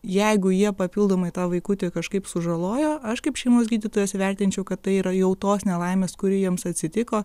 jeigu jie papildomai tą vaikutį kažkaip sužalojo aš kaip šeimos gydytojas vertinčiau kad tai yra jau tos nelaimės kuri jiems atsitiko